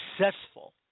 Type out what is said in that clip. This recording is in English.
successful